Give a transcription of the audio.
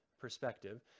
perspective